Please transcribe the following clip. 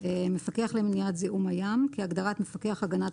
"מפקח למניעת זיהום הים" כהגדרת מפקח הגנת